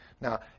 Now